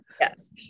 Yes